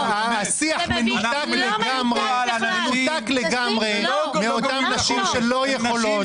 השיח מנותק לגמרי מאותן נשים שלא יכולות.